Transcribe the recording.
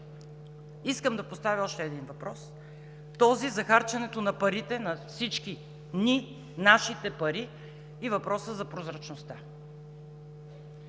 Искам да поставя още един въпрос – този за харченето на парите на всички ни, нашите пари и въпроса за прозрачността.